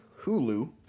Hulu